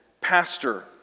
pastor